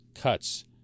cuts